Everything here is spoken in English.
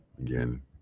again